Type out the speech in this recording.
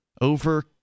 over